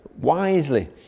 wisely